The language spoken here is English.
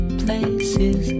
places